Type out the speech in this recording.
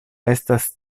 estas